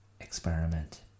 experiment